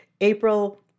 April